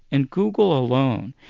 and google alone,